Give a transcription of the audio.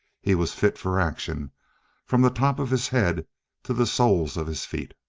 he was fit for action from the top of his head to the soles of his feet.